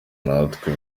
natwe